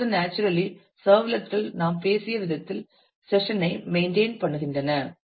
இப்போது naturally servlet கள் நாம் பேசிய விதத்தில் செஷன் ஐ மெயின்டெயின் பண்ணுகின்றன